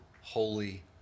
Holy